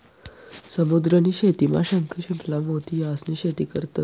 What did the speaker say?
समुद्र नी शेतीमा शंख, शिंपला, मोती यास्नी शेती करतंस